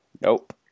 Nope